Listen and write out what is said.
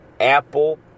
Apple